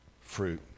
fruit